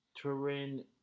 Terrain